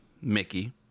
Mickey